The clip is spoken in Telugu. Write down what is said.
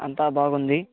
అంతా బాగుంది